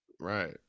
right